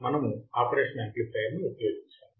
మనము operational amplifier ని ఉపయోగించాము